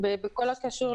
אלה עסקים נפרדים.